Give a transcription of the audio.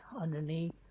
underneath